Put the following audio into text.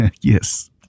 Yes